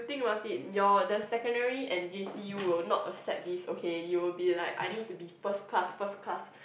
think about it your the secondary and J_C you will not accept this okay you will be like I need to be first class first class